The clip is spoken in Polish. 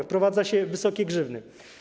Wprowadza się wysokie grzywny.